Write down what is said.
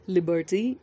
Liberty